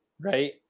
Right